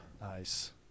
Nice